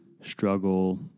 struggle